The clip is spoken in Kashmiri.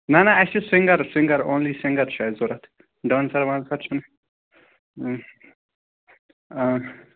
نَہ نَہ اَسہِ چھُ سِنٛگَر سِنٛگَر آنلی سِنٛگَر چھُ اَسہِ ضوٚرَتھ ڈانسَر وانسَر چھُنہٕ اۭں